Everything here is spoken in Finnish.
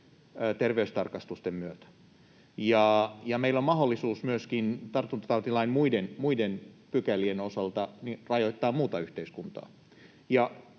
terveystarkastusten myötä ja meillä on mahdollisuus myöskin tartuntatautilain muiden pykälien osalta rajoittaa muuta yhteiskuntaa